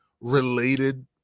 related